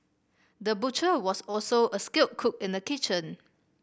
the butcher was also a skilled cook in the kitchen